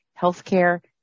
healthcare